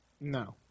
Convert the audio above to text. No